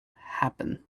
happen